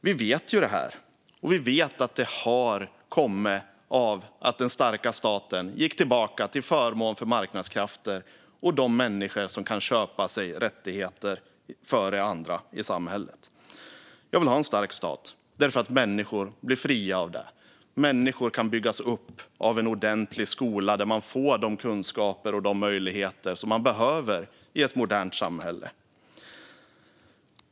Vi vet detta, och vi vet att det har kommit av att den starka staten gick tillbaka till förmån för marknadskrafter och de människor som kan köpa sig rättigheter före andra i samhället. Jag vill ha en stark stat därför att människor blir fria av det. Människor kan byggas upp av en ordentlig skola där de får de kunskaper och möjligheter som de behöver i ett modernt samhälle.